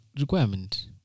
requirement